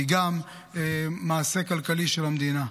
היא גם מעשה כלכלי של המדינה.